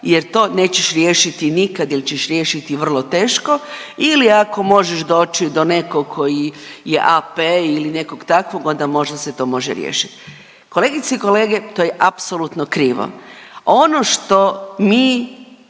jer to nećeš riješit nikad il ćeš riješiti vrlo teško ili ako možeš doći do nekog koji je AP ili nekog takvog onda možda se to može riješit. Kolegice i kolege, to je apsolutno krivo. Ono što mi